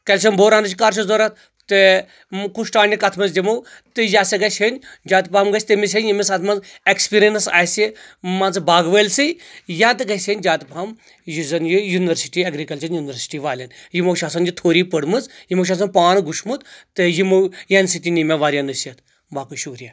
calcium بورانٕچ کر چھِ ضرورت تہٕ کُس ٹانِک کتھ منٛز دِمو تہٕ یہِ ہسا گژھہِ ہیٚنۍ زیادٕ پہم گژھہِ تٔمِس ہیٚنۍ یٔمِس اتھ منٛز ایٚکٕسپیرینس آسہِ منٛزٕ باغ وٲلۍ سی یا تہٕ گژھہِ ہیٚنۍ جیادٕ پہم یُس زن یہِ ینورسٹی ایٚگرٕکلچر یُنورسٹی والٮ۪ن یِمو چھُ آسان یہِ تھوری پرمٕژ یِمو چھُ آسان پان گوٚشمُت تہٕ ییٚمہِ سۭتۍ تہِ نی مےٚ واریاہ نصیٖحت تہٕ باقٕے شُکریہ